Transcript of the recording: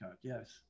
yes